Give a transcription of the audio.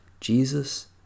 Jesus